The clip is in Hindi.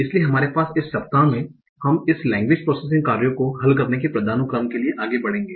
इसलिए हमारे पास इस सप्ताह में हम इस लैंग्वेज प्रोसेसिंग कार्यों को हल करने के पदानुक्रम के लिए आगे बढ़ेंगे